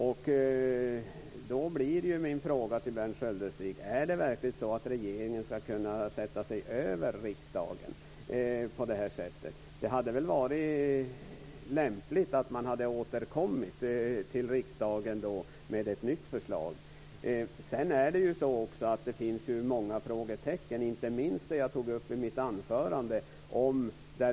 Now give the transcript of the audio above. Jag vill fråga Berndt Sköldestig: Ska regeringen verkligen kunna sätta sig över riksdagen på det här sättet? Det hade väl varit lämpligt att man hade återkommit till riksdagen med ett nytt förslag? Det finns också många frågetecken, inte minst kring det som jag tog upp i mitt anförande.